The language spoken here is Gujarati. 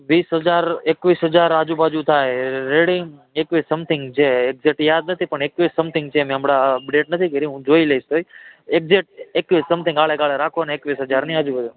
વીસ હજાર એકવીસ હજાર આજુબાજુ થાય રેડી એકવીસ સમથિંગ છે એક્ઝેક્ટ યાદ નથી પણ એકવીસ સમથિંગ છે મેં હમણાં અપડેટ નથી કર્યું હું જોઈ લઇશ પછી એકઝેટ એકવીસ સમથિંગ આળેગાળે રાખોને એકવીસ હજારની આજુબાજુ